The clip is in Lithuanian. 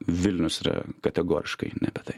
vilnius yra kategoriškai ne taip